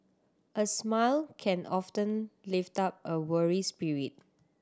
a smile can often lift up a weary spirit